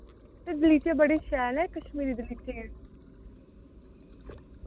गलीचे बड़े शैल ऐ कश्मीरी गलीचे